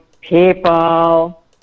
people